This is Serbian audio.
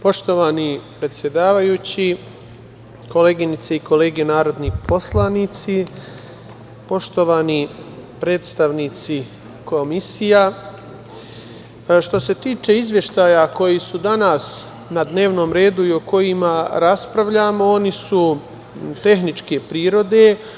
Poštovani predsedavajući, koleginice i kolege narodni poslanici, poštovani predstavnici komisija, što se tiče izveštaja koji su danas na dnevnom redu i o kojima raspravljamo, oni su tehničke prirode.